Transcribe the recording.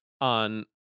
on